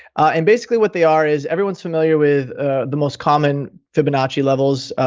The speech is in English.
and basically what they are is everyone's familiar with the most common fibonacci levels,